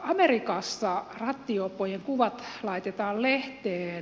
amerikassa rattijuoppojen kuvat laitetaan lehteen